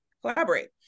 collaborate